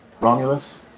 Romulus